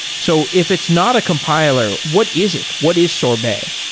so if it's not a compiler, what is it? what is sorbet?